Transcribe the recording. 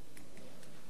אגבאריה,